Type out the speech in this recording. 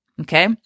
okay